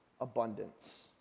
abundance